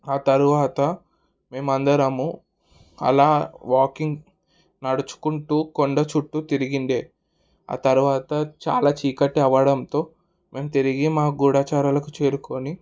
ఆ తరువాత మేమందరము అలా వాకింగ్ నడుచుకుంటూ కొండ చుట్టూ తిరిగిండే ఆ తరువాత చాలా చీకటి అవ్వడంతో మేము తిరిగి మా గూడాచారాలకు చేరుకోని